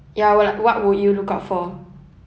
ya what like what would you look out for